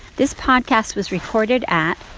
this podcast was recorded at.